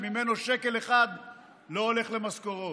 שממנו שקל אחד לא הולך למשכורות.